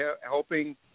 helping